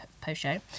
post-show